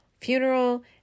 funeral